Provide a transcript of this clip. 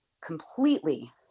completely